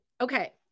Okay